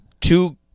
two